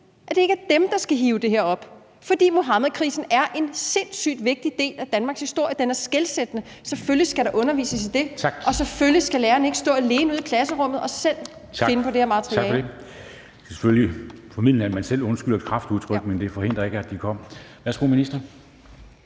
at det ikke er dem, der skal hive det her op. For Muhammedkrisen er en sindssygt vigtig del af Danmarks historie. Den er skelsættende, og selvfølgelig skal der undervises i det, og selvfølgelig skal lærerne ikke stå alene ude i klasserummet og selv finde på det her materiale. Kl. 10:19 Formanden (Henrik Dam Kristensen): Tak for det. Det er selvfølgelig formildende, at man selv undskylder kraftudtryk, men det forhindrer ikke, at de kommer. Værsgo til ministeren.